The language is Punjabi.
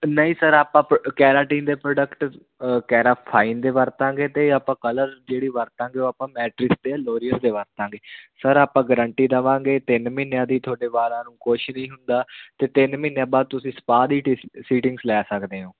ਨਹੀਂ ਸਰ ਆਪਾਂ ਪ ਕੈਰਾਟੀਨ ਦੇ ਪ੍ਰੋਡਕਟਜ ਅ ਕੈਰਾ ਫਾਈਨ ਦੇ ਵਰਤਾਂਗੇ ਅਤੇ ਆਪਾਂ ਕਲਰ ਜਿਹੜੇ ਵਰਤਾਂਗੇ ਉਹ ਆਪਾਂ ਮੈਟ੍ਰਿਕਸ ਦੇ ਲੋਰੀਅਲ ਦੇ ਵਰਤਾਂਗੇ ਸਰ ਆਪਾਂ ਗਰੰਟੀ ਦੇਵਾਂਗੇ ਤਿੰਨ ਮਹੀਨਿਆਂ ਦੀ ਤੁਹਾਡੇ ਵਾਲਾਂ ਨੂੰ ਕੁਛ ਨਹੀਂ ਹੁੰਦਾ ਅਤੇ ਤਿੰਨ ਮਹੀਨਿਆਂ ਬਾਅਦ ਤੁਸੀਂ ਸਪਾ ਦੀ ਟੀਸ ਸਿਟਿੰਗਸ ਲੈ ਸਕਦੇ ਹੋ